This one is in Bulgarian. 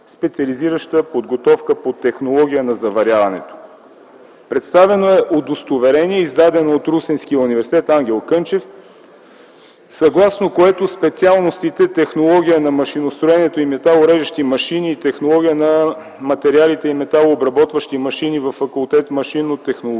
специализираща подготовка по „технология на заваряването”. Представено е удостоверение, издадено от Русенския университет „Ангел Кънчев”, съгласно което специалностите „Технология на машиностроенето и металорежещи машини” и „Технология на материалите и металообработващи машини” във Факултет „Машинно-технологичен”,